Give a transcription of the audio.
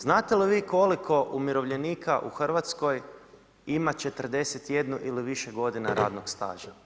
Znate li vi koliko umirovljenika u Hrvatskoj ima 41 ili više godina radnog staža?